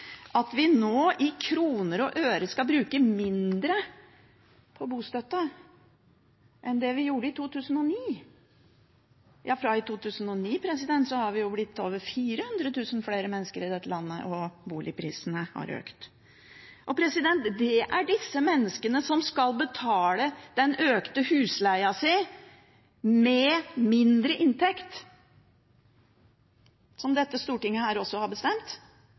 at vi nå i kroner og øre skal bruke mindre på bostøtte enn det vi gjorde i 2009? Ja, siden 2009 har vi jo blitt over 400 000 flere mennesker i dette landet, og boligprisene har økt. Det er disse menneskene som skal betale den økte husleia si med mindre inntekt, som dette stortinget også har bestemt.